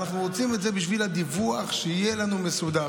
אנחנו רוצים את זה בשביל הדיווח, שיהיה לנו מסודר.